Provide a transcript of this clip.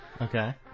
Okay